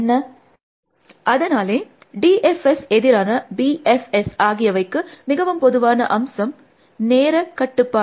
ஸ்லைடின் நேரத்தை ஒப்பிட்டு பார்க்கவும் 3545 அதனாலே D F S எதிரான B F S ஆகியவைக்கு மிகவும் பொதுவான அம்சம் நேர கட்டுப்பாடு